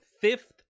fifth